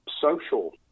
social